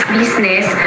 business